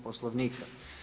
Poslovnika.